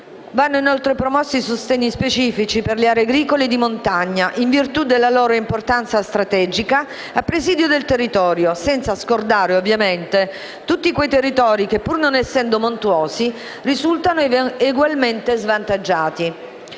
Vanno, inoltre, promossi sostegni specifici per le aree agricole di montagna in virtù della loro importanza strategica a presidio del territorio, senza scordare, ovviamente, tutti quei territori che, pur non essendo montuosi, risultano egualmente svantaggiati.